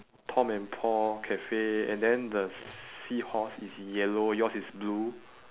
tom and paul cafe and then the seahorse is yellow yours is blue